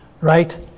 right